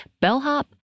bellhop